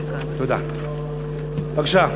בבקשה,